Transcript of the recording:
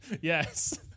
Yes